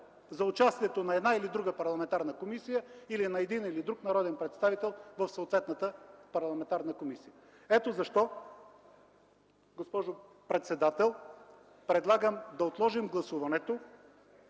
за участието на една или друга парламентарна комисия или на един или друг народен представител в съответната парламентарна комисия. Ето защо, госпожо председател, предлагам да отложим гласуването